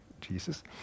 Jesus